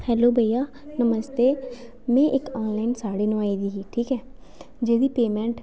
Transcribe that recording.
hello बेइया नमस्ते में इक आनलाइन साह्ड़ी नुआई दी ही ठीक ऐ जेह्दी पेऽ मैंट